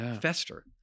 fester